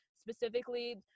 specifically